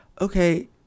okay